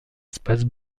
espace